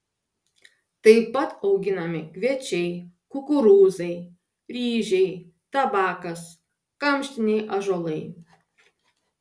tai pat auginami kviečiai kukurūzai ryžiai tabakas kamštiniai ąžuolai